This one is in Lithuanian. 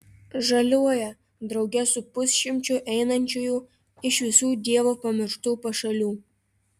žaliuoja drauge su pusšimčiu einančiųjų iš visų dievo pamirštų pašalių